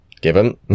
given